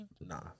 nah